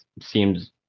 seems